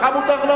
כל הכנסת מיותרת?